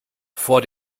vor